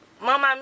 Mom